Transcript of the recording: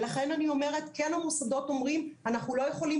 ולכן אני אומרת שהמוסדות אומרים שהם לא יכולים